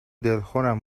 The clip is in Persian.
دلخورم